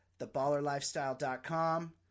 Theballerlifestyle.com